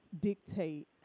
dictate